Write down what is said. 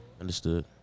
Understood